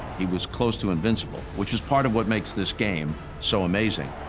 he was close to invincible, which is part of what makes this game so amazing.